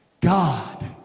God